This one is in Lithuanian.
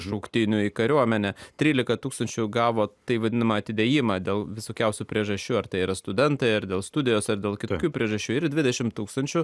šauktinių į kariuomenę trylika tūkstančių gavo tai vadinamą atidėjimą dėl visokiausių priežasčių ar tai yra studentai ar dėl studijos ar dėl kitokių priežasčių ir dvidešimt tūkstančių